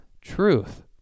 truth